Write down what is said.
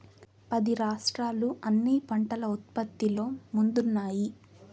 పది రాష్ట్రాలు అన్ని పంటల ఉత్పత్తిలో ముందున్నాయి